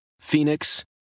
Phoenix